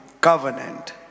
covenant